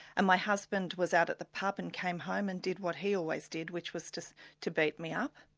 and my husband was out at the pub and came home and did what he always did, which was just to beat me up.